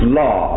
law